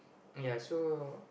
ya so